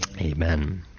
Amen